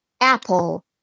apple